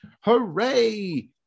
hooray